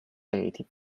eighty